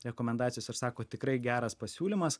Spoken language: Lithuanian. rekomendacijos ir sako tikrai geras pasiūlymas